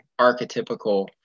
archetypical